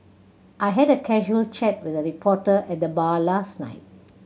I had a casual chat with a reporter at the bar last night